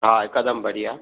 हा हिकदम बढ़िया